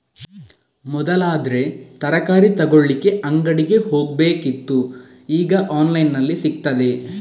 ಮೊದಲಾದ್ರೆ ತರಕಾರಿ ತಗೊಳ್ಳಿಕ್ಕೆ ಅಂಗಡಿಗೆ ಹೋಗ್ಬೇಕಿತ್ತು ಈಗ ಆನ್ಲೈನಿನಲ್ಲಿ ಸಿಗ್ತದೆ